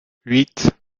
huit